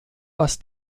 was